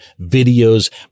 videos